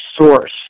source